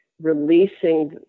releasing